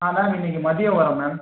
அதான் இன்னிக்கு மதியம் வரன் மேம்